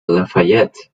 lafayette